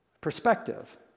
perspective